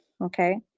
Okay